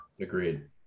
Agreed